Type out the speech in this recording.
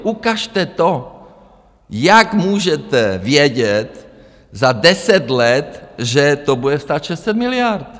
Ukažte to, jak můžete vědět za deset let, že to bude stát 600 miliard.